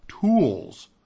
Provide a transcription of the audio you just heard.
tools